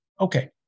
Okay